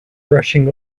rushing